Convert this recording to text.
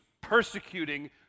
persecuting